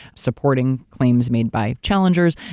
supporting claims made by challengers.